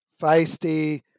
feisty